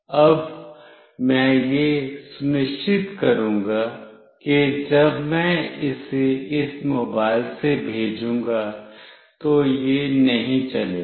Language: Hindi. अब मैं यह सुनिश्चित करूँगा कि जब मैं इसे इस मोबाइल से भेजूंगा तो यह नहीं चलेगा